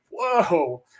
whoa